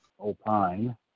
opine